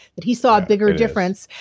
that he saw a bigger difference.